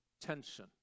tension